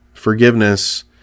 forgiveness